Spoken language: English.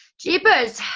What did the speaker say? jeepers!